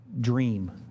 dream